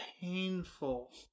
painful